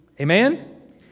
Amen